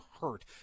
hurt